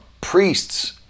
priests